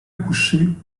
accoucher